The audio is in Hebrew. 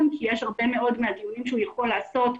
כי יש הרבה מאוד מהדיונים שהוא יכול לעשות,